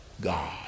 God